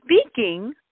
speaking